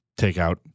Takeout